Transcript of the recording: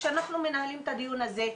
כשאנחנו מנהלים את הדיון הזה,